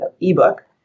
ebook